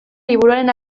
liburuaren